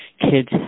kids